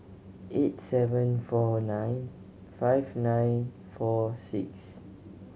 eight seven four nine five nine four six